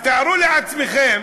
אז תארו לעצמכם